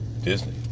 Disney